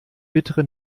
bittere